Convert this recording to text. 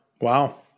Wow